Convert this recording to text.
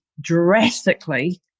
drastically